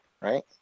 right